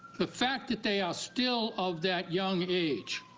the fact that they are still of that young age